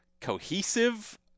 cohesive